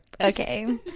okay